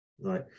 Right